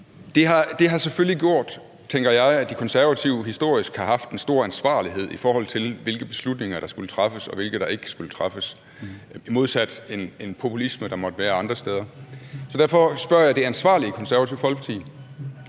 jeg, selvfølgelig gjort, at De Konservative historisk har udvist stor ansvarlighed, i forhold til hvilke beslutninger der skulle træffes, og hvilke der ikke skulle træffes, i modsætning til den populisme, der måtte være andre steder. Derfor spørger jeg det ansvarlige Konservative Folkeparti: